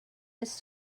his